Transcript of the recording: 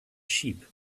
sheep